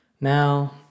Now